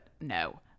no